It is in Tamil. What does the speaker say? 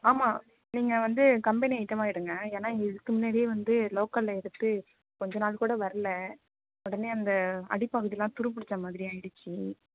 ஆமாம் நீங்கள் வந்து கம்பெனி ஐட்டமாக எடுங்க ஏன்னா இதுக்கு முன்னாடியே வந்து லோக்கலில் எடுத்து கொஞ்ச நாள் கூட வரல உடனே அந்த அடி பகுதிளாம் துரு பிடிச்ச மாதிரி ஆயிடுச்சு